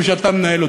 קפיטליזם שאתה מנהל.